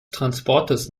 transportes